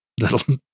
that'll